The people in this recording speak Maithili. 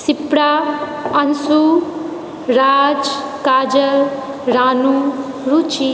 शिप्रा अंशु राज काजल रानू रुचि